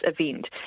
event